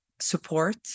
support